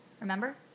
Remember